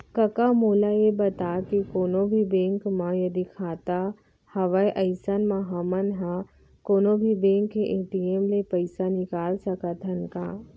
कका मोला ये बता के कोनों भी बेंक म यदि खाता हवय अइसन म हमन ह कोनों भी बेंक के ए.टी.एम ले पइसा निकाल सकत हन का?